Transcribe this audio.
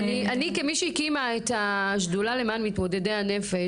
אני כמי שהקימה את השדולה למען מתמודדי הנפש,